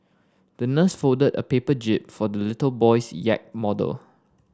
the nurse folded a paper jib for the little boy's yacht model